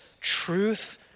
Truth